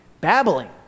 babbling